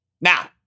Now